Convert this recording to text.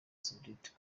saoudite